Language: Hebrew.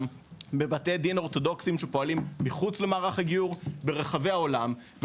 בבתי דין אורתודוקסים שפועלים מחוץ למערך הגיור ברחבי העולם.